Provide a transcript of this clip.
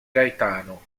gaetano